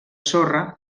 sorra